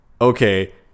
Okay